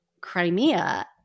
Crimea